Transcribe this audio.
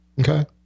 Okay